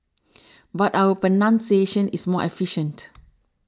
but our pronunciation is more efficient